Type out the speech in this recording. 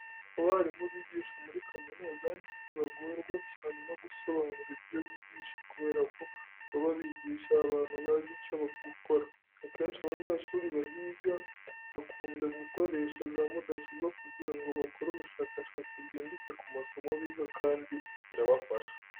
Abarimu bigisha muri kaminuza ntibagorwa cyane no gusobanura ibyo bigisha kubera ko baba bigisha abantu bazi icyo gukora. Akenshi abanyeshuri bahiga bakunda gukoresha za mudasobwa kugira ngo bakore ubushakashatsi bwimbitse ku masomo biga kandi birabafasha.